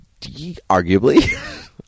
Arguably